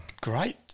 Great